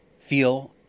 feel